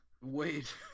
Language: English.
Wait